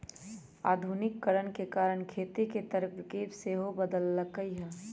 आधुनिकीकरण के कारण खेती के तरकिब सेहो बदललइ ह